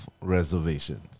reservations